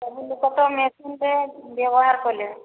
ସବୁ ଲୋକ ତ ମେସିନ ରେ ବ୍ୟବହାର କଲେ